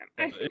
okay